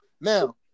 Now